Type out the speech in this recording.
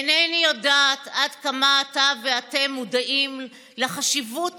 אינני יודעת עד כמה אתה ואתם מודעים לחשיבות